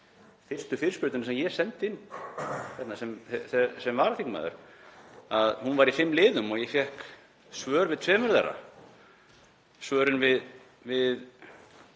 fyrstu fyrirspurninni sem ég sendi inn sem varaþingmaður að hún var í fimm liðum og ég fékk svör við tveimur þeirra. Svörin við